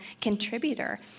contributor